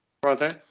brother